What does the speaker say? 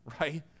right